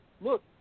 Look